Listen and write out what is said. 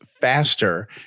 faster